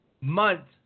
month